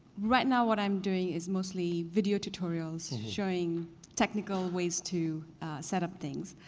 right now what i'm doing is mostly video tutorials, showing technical ways to set up things,